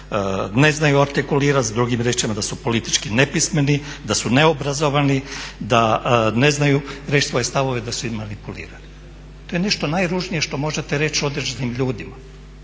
ne znaju artikulirati, drugim riječima da su politički nepismeni, da su neobrazovani, da ne znaju reći svoje stavove i da su izmanipulirani. To je nešto najružnije što možete reći određenim ljudima.